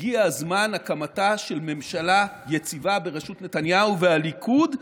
הגיע זמן הקמתה של ממשלה יציבה בראשות נתניהו והליכוד.